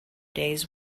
day’s